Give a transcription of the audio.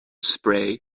spray